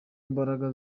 imbaraga